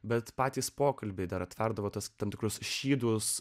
bet patys pokalbiai dar atverdavo tas tam tikrus šydus